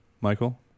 Michael